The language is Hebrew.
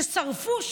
ששרפו,